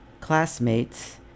classmates